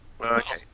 Okay